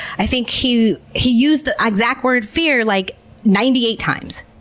i think he he used the exact word fear like ninety eight times.